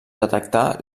detectar